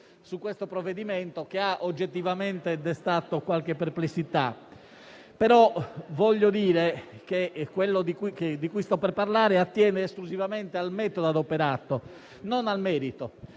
su questo provvedimento, che ha oggettivamente destato qualche perplessità. Tuttavia ciò di cui sto per parlare attiene esclusivamente al metodo adoperato, non al merito,